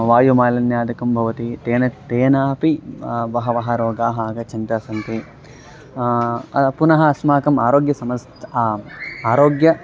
वायुमालिन्यादिकं भवति तेन तेनापि बहवः रोगाः आगच्छन्तः सन्ति पुनः अस्माकम् आरोग्यसमस्या आरोग्य